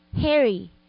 Harry